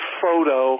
photo